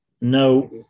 no